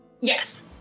Yes